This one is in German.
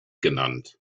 genannt